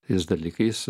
tais dalykais